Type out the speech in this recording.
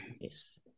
Yes